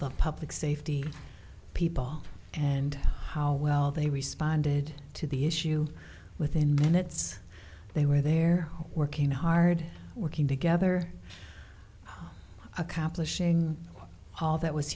the public safety people and how well they responded to the issue within minutes they were there working hard working together accomplishing all that was